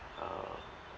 um